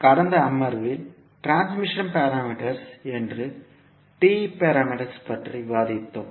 கடந்த அமர்வில் transmission parameters என்று T பாராமீட்டர்ஸ் பற்றி விவாதித்தோம்